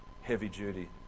heavy-duty